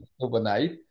overnight